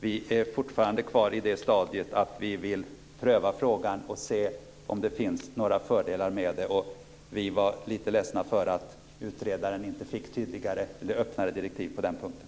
Vi är fortfarande kvar i det stadiet att vi vill pröva frågan och se om det finns några fördelar med det. Vi var lite ledsna för att utredaren inte fick tydligare, eller öppnare, direktiv på den punkten.